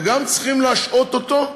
הם גם צריכים להשעות אותו,